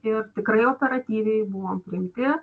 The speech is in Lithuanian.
ir tikrai operatyviai buvom priimti